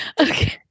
Okay